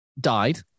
died